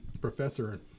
professor